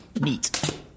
Neat